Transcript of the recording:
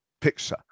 Pixar